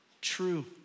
true